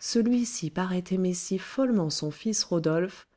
celui-ci paraissait aimer si follement son fils rodolphe